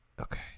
Okay